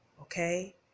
okay